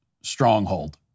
stronghold